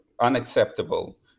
unacceptable